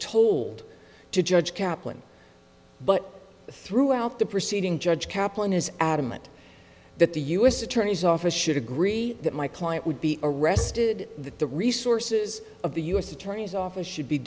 told to judge kaplan but throughout the proceeding judge kaplan is adamant that the u s attorney's office should agree that my client would be arrested that the resources of the u s attorney's office